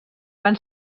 van